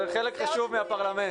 זה חלק חשוב מהפרלמנט.